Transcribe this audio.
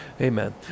Amen